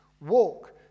walk